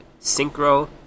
Synchro